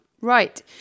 Right